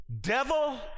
devil